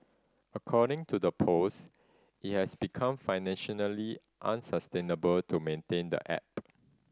according to the post it has become financially unsustainable to maintain the app